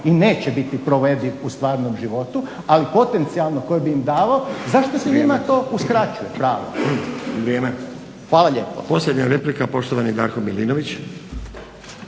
i neće biti provediv u stvarnom životu ali potencijalno koji bi im davao. Zašto se njima to uskraćuje pravo?